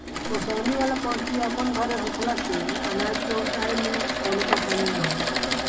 ओसवनी वाला पंखी अपन घरे होखला से अनाज के ओसाए में कवनो परेशानी ना होएला